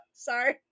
Sorry